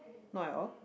not at all